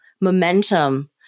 momentum